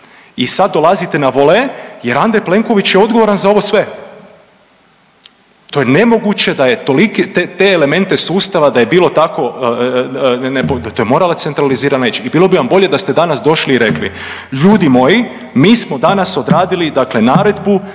I sad dolazite na vole jer Andrej Plenković je odgovoran za ovo sve. To je nemoguće da je toliki, te elemente sustava da je bilo tako …/Govornik se ne razumije./… to je moralo centralizirana ići. I bilo bi vam bolje da ste danas došli i rekli, ljudi moji mi smo danas odradili dakle naredbu,